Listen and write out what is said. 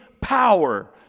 power